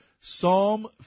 Psalm